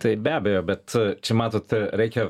tai be abejo bet čia matote reikia